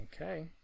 Okay